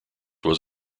was